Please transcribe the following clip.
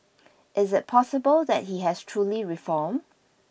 is it possible that he has truly reformed